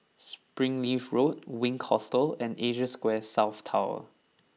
Springleaf Road Wink Hostel and Asia Square South Tower